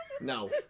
No